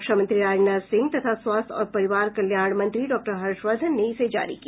रक्षा मंत्री राजनाथ सिंह तथा स्वास्थ्य और परिवार कल्याण मंत्री डॉक्टर हर्षवर्धन ने इसे जारी किया